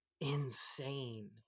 Insane